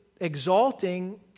exalting